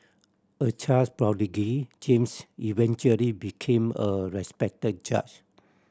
a child prodigy James eventually became a respected judge